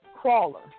crawler